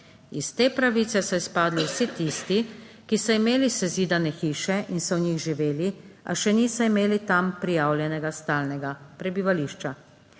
Iz te pravice so izpadli vsi tisti, ki so imeli sezidane hiše in so v njih živeli, a še niso imeli tam prijavljenega stalnega prebivališča.